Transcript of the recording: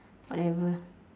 whatever